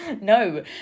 no